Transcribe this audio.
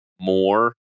more